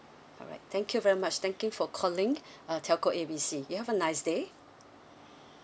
alright thank you very much thank you for calling uh telco A B C you have a nice day